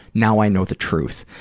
now i know the truth.